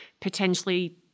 potentially